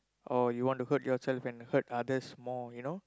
or you want to hurt yourself and hurt others more you know